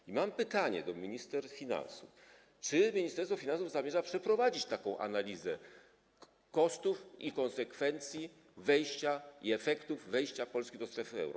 I mam pytanie do minister finansów: Czy Ministerstwo Finansów zamierza przeprowadzić taką analizę kosztów i konsekwencji, efektów wejścia Polski do strefy euro?